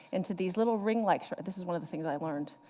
into these little ring like sort of this is one of the things i learned,